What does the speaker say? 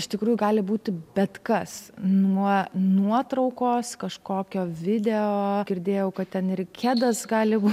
iš tikrųjų gali būti bet kas nuo nuotraukos kažkokio video girdėjau kad ten ir kedas gali būt